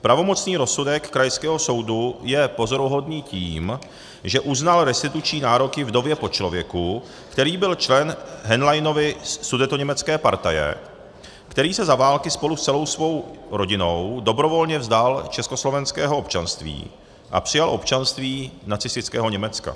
Pravomocný rozsudek krajského soudu je pozoruhodný tím, že uznal restituční nároky vdově po člověku, který byl členem Henleinovy sudetoněmecké partaje, který se za války spolu s celou svou rodinou dobrovolně vzdal československého občanství a přijal občanství nacistického Německa.